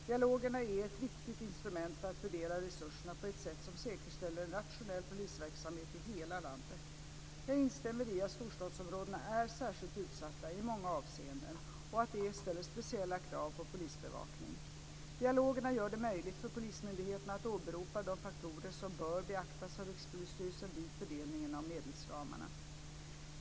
Dialogerna är ett viktigt instrument för att fördela resurserna på ett sätt som säkerställer en rationell polisverksamhet i hela landet. Jag instämmer i att storstadsområdena är särskilt utsatta i många avseenden och att detta ställer speciella krav på polisbevakning. Dialogerna gör det möjligt för polismyndigheterna att åberopa de faktorer som bör beaktas av Rikspolisstyrelsen vid fördelningen av medelsramarna.